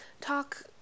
talk